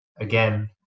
again